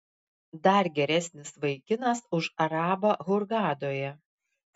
dar geresnis vaikinas už arabą hurgadoje